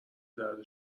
درد